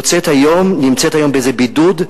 נמצאת היום באיזה בידוד,